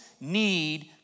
need